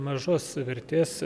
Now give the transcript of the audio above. mažos vertės